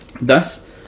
Thus